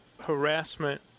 harassment